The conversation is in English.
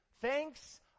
Thanks